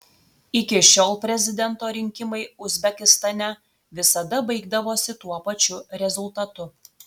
iki šiol prezidento rinkimai uzbekistane visada baigdavosi tuo pačiu rezultatu